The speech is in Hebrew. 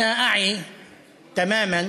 אני אגיד בעברית.